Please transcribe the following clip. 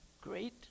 great